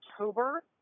October